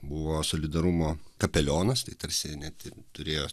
buvo solidarumo kapelionas tai tarsi net turėjo